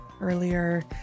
earlier